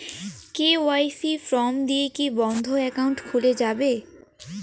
KYC form দিয়ে কি বন্ধ একাউন্ট খুলে যাবে?